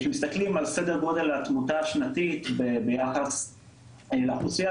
כשמסתכלים על סדר גודל התמותה השנתית ביחס לאוכלוסייה,